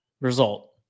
result